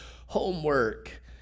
homework